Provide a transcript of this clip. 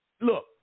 look